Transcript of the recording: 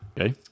Okay